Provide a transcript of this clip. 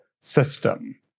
system